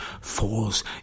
falls